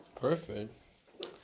Perfect